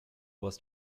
was